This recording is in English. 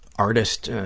artist,